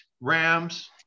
Rams